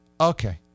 okay